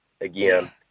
again